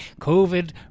covid